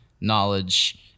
knowledge